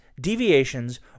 deviations